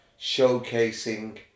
showcasing